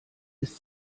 ist